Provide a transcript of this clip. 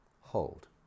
hold